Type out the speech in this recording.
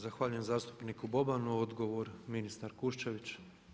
Zahvaljujem zastupniku Bobanu, odgovor ministar Kuščević.